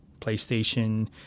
playstation